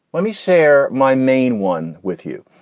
let me share my main one with you.